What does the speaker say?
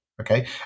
Okay